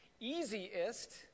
easiest